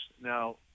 Now